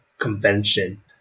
convention